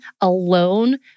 alone